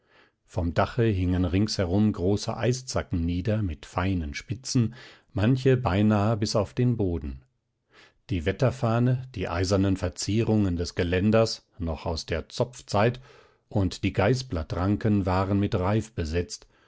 vom dache hingen ringsherum große eiszacken nieder mit feinen spitzen manche beinahe bis auf den boden die wetterfahne die eisernen verzierungen des geländers noch aus der zopfzeit und die geißblattranken waren mit reif besetzt